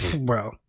bro